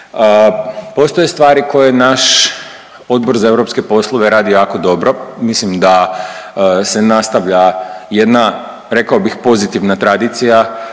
Postoje stvari koje naš Odbor za europske poslove radi jako dobro. Mislim da se nastavlja jedna rekao bih pozitivna tradicija,